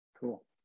Cool